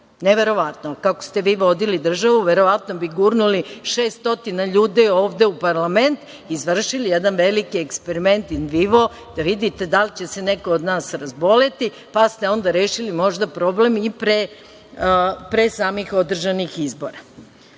Neverovatno. Kako ste vi vodili državu, verovatno bi gurnuli 600 ljudi ovde u parlament, izvršili jedan veliki eksperiment „in vivo“, da vidite da li će se neko od nas razboleti, pa ste onda rešili možda problem i pre samih održanih izbora. Što